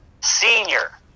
senior